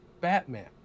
batman